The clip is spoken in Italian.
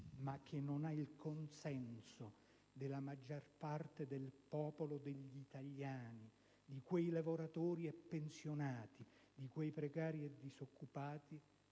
ma non ha il consenso della maggior parte del popolo degli italiani, di quei lavoratori e pensionati, di quei precari e disoccupati